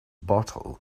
bottle